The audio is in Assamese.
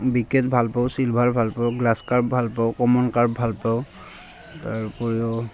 বিকেট ভাল পাওঁ চিলভাৰ ভাল পাওঁ গ্ৰাছ কাৰ্প ভাল পাওঁ কমন কাৰ্প ভাল পাওঁ তাৰ উপৰিও